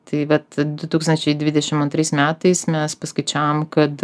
tai vat du tūkstančiai dvidešim antrais metais mes paskaičiavom kad